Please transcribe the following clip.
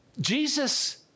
Jesus